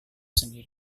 sendiri